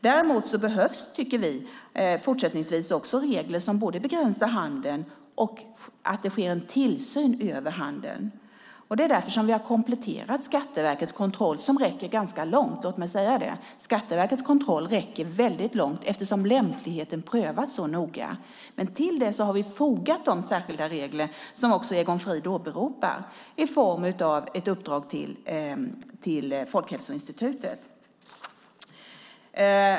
Däremot tycker vi att det också fortsättningsvis behövs regler som begränsar handeln och att det sker en tillsyn över handeln. Det är därför som vi har kompletterat Skatteverkets kontroll som räcker långt, låt mig säga det, eftersom lämpligheten prövas så noga. Men till det har vi fogat de särskilda regler, som också Egon Frid åberopar, i form av ett uppdrag till Folkhälsoinstitutet.